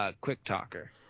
quick-talker